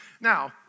Now